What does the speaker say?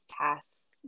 tasks